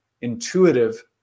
intuitive